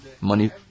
money